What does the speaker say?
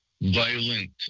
violent